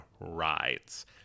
rides